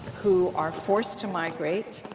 who are forced to migrate.